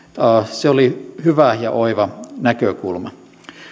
oli hyvä ja oiva näkökulma